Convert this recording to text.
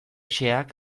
xeheak